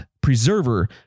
preserver